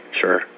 Sure